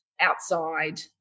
outside